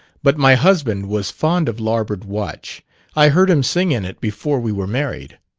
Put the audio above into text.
but my husband was fond of larboard watch i heard him sing in it before we were married.